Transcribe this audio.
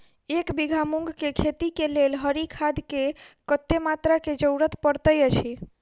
एक बीघा मूंग केँ खेती केँ लेल हरी खाद केँ कत्ते मात्रा केँ जरूरत पड़तै अछि?